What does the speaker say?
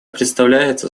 представляется